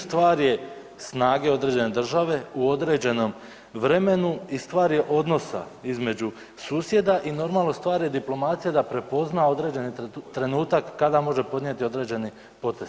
Stvar je snage određene države u određenom vremenu i stvar je odnosa između susjeda i normalno stvar je diplomacije da prepozna određeni trenutak kada može podnijeti određeni potez.